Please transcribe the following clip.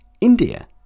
India